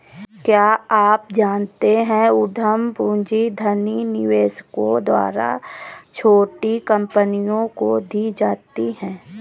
क्या आप जानते है उद्यम पूंजी धनी निवेशकों द्वारा छोटी कंपनियों को दी जाती है?